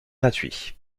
gratuit